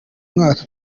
mwaka